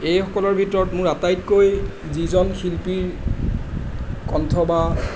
এইসকলৰ ভিতৰত মোৰ আটাইতকৈ যিজন শিল্পীৰ কণ্ঠ বা